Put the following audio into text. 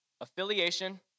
affiliation